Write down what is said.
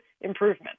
improvement